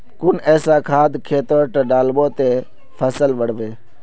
कुन ऐसा खाद खेतोत डालबो ते फसल बढ़बे?